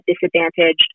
disadvantaged